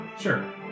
Sure